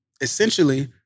essentially